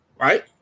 right